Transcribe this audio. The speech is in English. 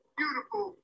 beautiful